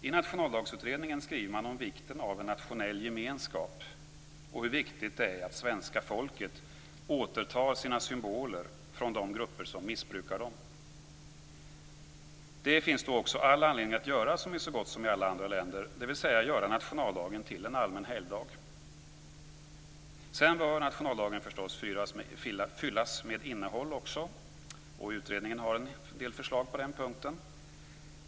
I Nationaldagsutredningen skriver man om vikten av en nationell gemenskap och om hur viktigt det är att svenska folket återtar sina symboler från de grupper som missbrukar dem. Det finns då också all anledning att göra som i så gott som alla andra länder, dvs. göra nationaldagen till en allmän helgdag. Sedan bör nationaldagen förstås fyllas med innehåll också. Utredningen har en del förslag på den punkten.